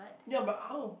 ya but how